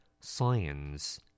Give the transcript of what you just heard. science